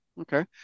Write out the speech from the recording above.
okay